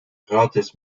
gratis